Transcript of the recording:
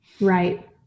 Right